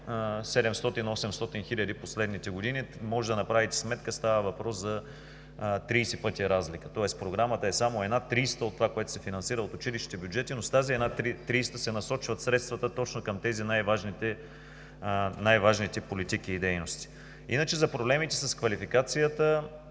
700 – 800 хиляди в последните години – можете да направите сметка. Става въпрос за 30 пъти разлика, тоест Програмата е само една тридесета от това, което се финансира от училищните бюджети, но с тази една тридесета се насочват средствата точно към тези най-важни политики и дейности. Иначе за проблемите с квалификацията